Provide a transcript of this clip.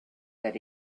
that